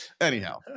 Anyhow